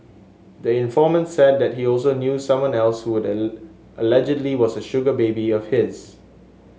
the informant said that he also knew someone else who allegedly was a sugar baby of his